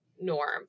norm